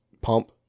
Pump